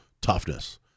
toughness